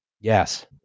Yes